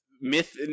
myth